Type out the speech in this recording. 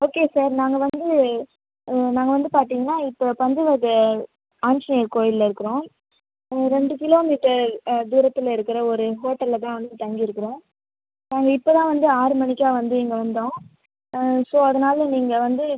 okay sir நாங்கள் வந்து நாங்கள் வந்து பார்த்திங்னா இப்போ பஞ்சவத ஆஞ்சநேயர் கோயிலில் இருக்கிறோம் ரெண்டு கிலோமீட்டர் தூரத்தில் இருக்கிற ஒரு ஹோட்டலில் தான் வந்து தங்கி இருக்கிறோம் நாங்கள் இப்போ தான் வந்து ஆறு மணிக்கா வந்து இங்கே வந்தோம் ஸோ அதனால நீங்கள் வந்து